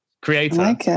creator